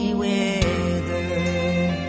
weather